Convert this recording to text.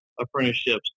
apprenticeships